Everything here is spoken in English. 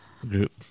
group